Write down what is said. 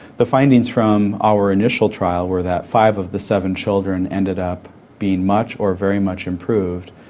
the findings from our initial trial were that five of the seven children ended up being much or very much improved.